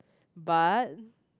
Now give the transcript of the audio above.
but